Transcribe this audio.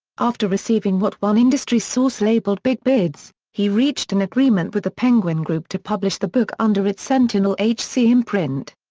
after receiving what one industry source labeled big bids, he reached an agreement with the penguin group to publish the book under its sentinel hc imprint.